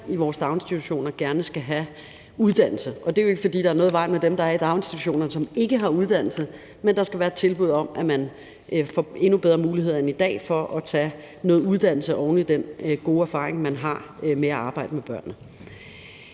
i vores daginstitutioner gerne skal have uddannelse. Det er jo ikke, fordi der er noget i vejen med dem, der er i daginstitutionerne og ikke har uddannelse, men der skal være et tilbud om, at man får endnu bedre muligheder end i dag for at tage noget uddannelse oven i den gode erfaring, man har med at arbejde med børnene.